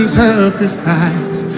sacrifice